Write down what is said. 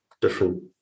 different